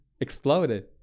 exploded